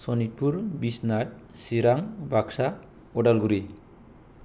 Sonitpur Biswanath Chirang Baksa Udalguri